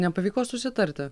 nepavyko susitarti